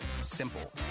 Simple